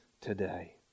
today